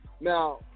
Now